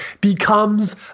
becomes